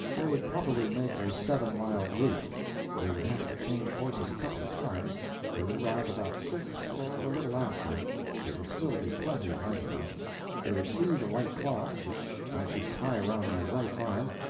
they would probably make a seven-mile gait they would have to change horses a couple of times they would arrive about six, or a little after it would still be plenty light enough they would see the white cloth which i should tie around my right arm,